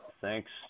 Thanks